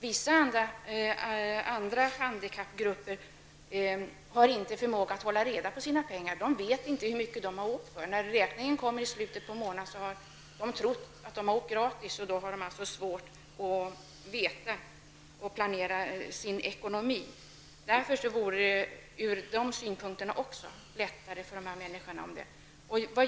Vissa handikappgrupper har inte förmåga att hålla reda på sina pengar. De vet inte hur mycket de har åkt för. De tror att de har åkt gratis, men räkningen kommer i slutet av månaden. De har svårt att planera sin ekonomi. Det vore ur deras synpunkt lättare om man ändrade på det hela.